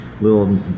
little